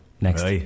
next